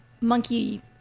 monkey